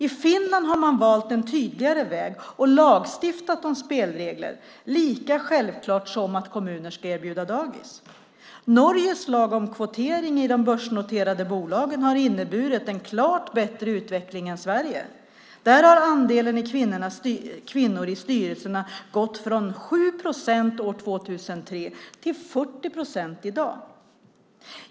I Finland har man valt en tydligare väg och lagstiftat om spelregler, lika självklart som att kommuner ska erbjuda dagis. Norges lag om kvotering i de börsnoterade bolagen har inneburit en klart bättre utveckling än den i Sverige. Där har andelen kvinnor i styrelserna gått från 7 procent år 2003 till 40 procent i dag.